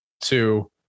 two